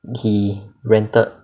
he rented